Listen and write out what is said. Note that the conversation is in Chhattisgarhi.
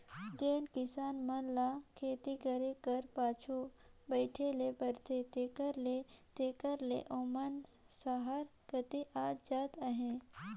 जेन किसान मन ल खेती करे कर पाछू बइठे ले परथे तेकर ले तेकर ले ओमन सहर कती आत जात अहें